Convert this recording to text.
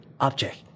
object